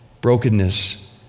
Brokenness